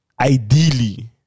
ideally